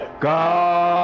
God